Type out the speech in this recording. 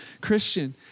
Christian